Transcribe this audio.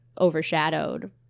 overshadowed